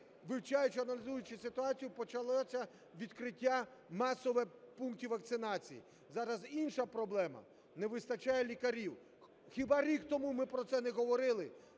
вивчаючи, аналізуючи ситуацію, почалося відкриття масове пунктів вакцинації. Зараз інша проблема – не вистачає лікарів. Хіба рік тому ми про це не говорили?